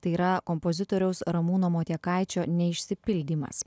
tai yra kompozitoriaus ramūno motiekaičio neišsipildymas